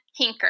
Hinker